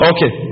Okay